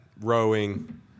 rowing